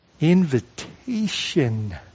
Invitation